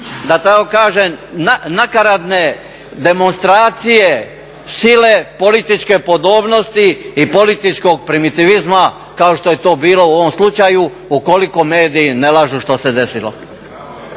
da tako kažem nakaradne demonstracije sile, političke podobnosti i političkog primitivizma kao što je to bilo u ovom slučaju, ukoliko mediji ne lažu što se desilo.